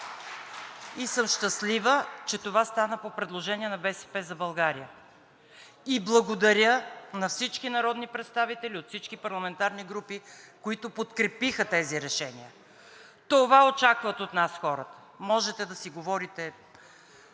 и съм щастлива, че това стана по предложение на „БСП за България“, и благодаря на всички народни представители от всички парламентарни групи, които подкрепиха тези решения. Това очакват от нас хората. Можете да си говорите